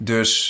Dus